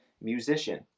musician